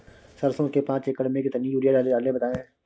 सरसो के पाँच एकड़ में कितनी यूरिया डालें बताएं?